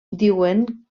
diuen